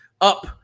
up